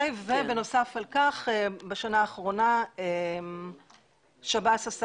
נוסף לכך בשנה האחרונה שב"ס עשה